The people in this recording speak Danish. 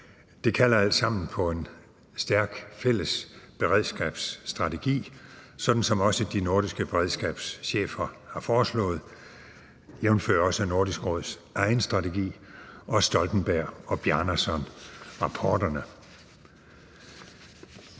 Det kalder alt sammen på en stærk fælles beredskabsstrategi, sådan som også de nordiske beredskabschefer har foreslået, jævnfør også Nordisk Råds egen strategi og Stoltenberg- og Bjarnasonrapporterne.